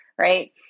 right